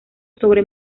sobre